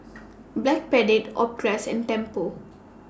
Backpedic Optrex and Tempur